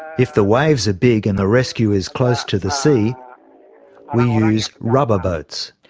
if the waves are big and the rescue is close to the sea we use rubber boats.